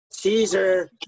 Caesar